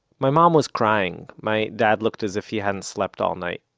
my mom was crying. my dad looked as if he hadn't slept all night.